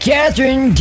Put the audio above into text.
Catherine